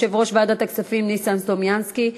יושב-ראש ועדת הכספים ניסן סלומינסקי.